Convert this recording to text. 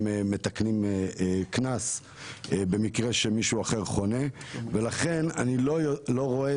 הם מתקנים קנס במקרה שמישהו אחר חונה ולכן אני לא רואה